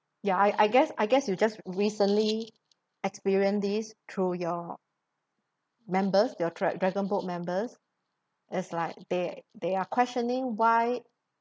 ya I I guess I guess you just recently experienced this through your members your dr~ dragonboat members it's like they they are questioning why